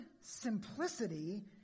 simplicity